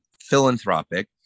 philanthropic